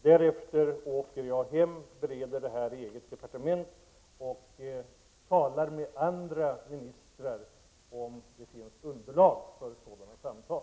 Därefter åker jag hem och bereder frågorna i det egna departementet. Jag talar också med andra ministrar, om det finns underlag för sådana samtal.